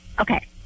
Okay